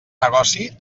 negoci